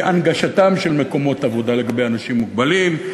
הנגשתם של מקומות עבודה לאנשים מוגבלים,